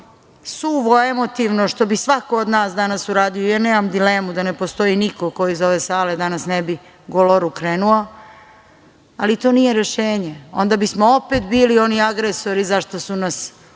suvo, emotivno što bi svako od nas danas uradio. Ja nemam dilemu da ne postoji niko ko iz ove sale danas ne bi goloruk krenuo, ali to nije rešenje. Onda bismo opet bili oni agresori zašta su nas